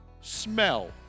smell